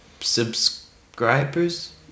subscribers